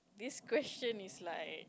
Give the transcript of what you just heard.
this question is like